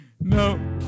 No